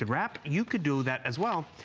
wrap, you can do that as well.